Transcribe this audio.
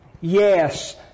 yes